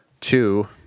Two